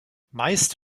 meist